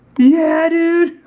yeah dude!